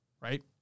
right